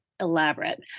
elaborate